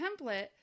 template